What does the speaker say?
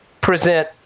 present